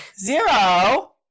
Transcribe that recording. Zero